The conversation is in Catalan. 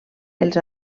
els